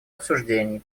обсуждений